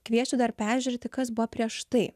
kviesčiau dar peržiūrėti kas buvo prieš tai